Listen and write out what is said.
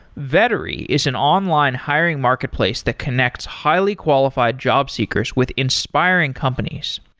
vettery is an online hiring marketplace that connects highly qualified jobseekers with inspiring companies.